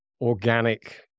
organic